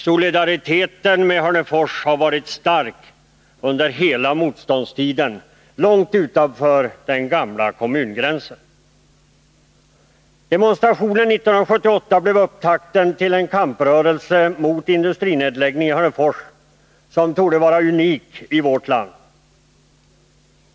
Solidariteten med Hörnefors har varit stark under hela motståndstiden och gått långt utanför den gamla kommungränsen. Demonstrationen 1978 blev upptakten till en kamprörelse mot industrinedläggning i Hörnefors som torde vara unik i vårt land.